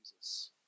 Jesus